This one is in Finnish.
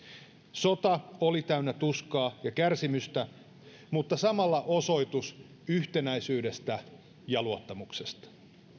sota oli täynnä tuskaa ja kärsimystä mutta samalla osoitus yhtenäisyydestä ja luottamuksesta